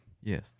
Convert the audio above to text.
Yes